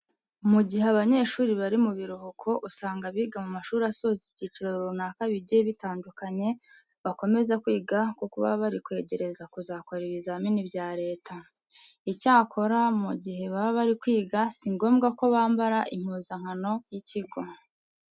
Mu gihe abanyeshuri bari mu biruhuko usanga abiga mu mashuri asoza ibyiciro runaka bigiye bitandukanye bakomeza kwiga kuko baba bari kwegereza kuzakora ibizamini bya leta. Icyakora mu gihe baba bari kwiga si ngombwa ko bambara impuzankano y'ikigo.